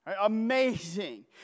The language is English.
Amazing